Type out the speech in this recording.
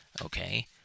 okay